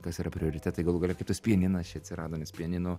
kas yra prioritetai galų gale kaip tas pianinas čia atsirado nes pianino